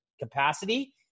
capacity